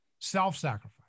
self-sacrifice